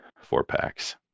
four-packs